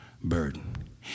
burden